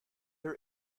her